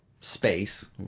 space